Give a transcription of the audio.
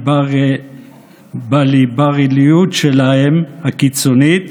שבליברליות הקיצונית